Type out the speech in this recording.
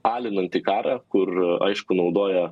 alinantį karą kur aišku naudoja